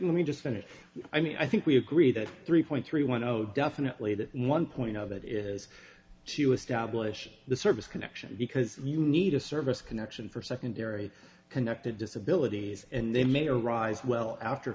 we just finished i mean i think we agree that three point three one zero definitely that one point of it is to establish the service connection because you need a service connection for secondary connected disability and they may arise well after